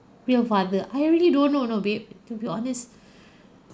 real father I really don't know you know babe to be honest